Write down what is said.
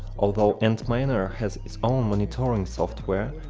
although antminer has its own monitoring software,